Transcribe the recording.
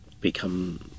become